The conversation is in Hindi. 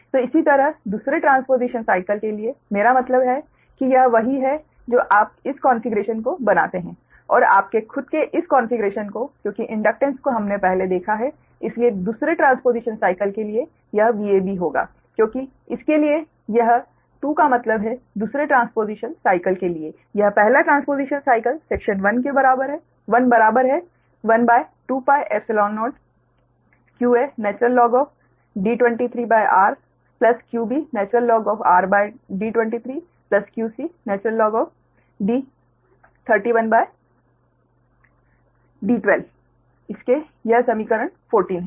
तो इसी तरह दूसरे ट्रांसपोजिशन साइकल के लिए मेरा मतलब है कि यह वही है जो आप इस कॉन्फिगरेशन को बनाते हैं और आपके खुद के इस कॉन्फिगरेशन को क्योंकि इंडक्टेन्स को हमने पहले देखा है इसलिए दूसरे ट्रांसपोज़िशन साइकल के लिए यह Vab होगा क्योंकि इसके लिए यह 2 का मतलब है दूसरे ट्रांसपोजिशन साइकल के लिए यह पहला ट्रांसपोजिशन साइकल सेक्शन 1 बराबर है 12πϵ0right thenqaD23r qbrD23 qcD31D12 इसके यह समीकरण 14 है